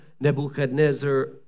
Nebuchadnezzar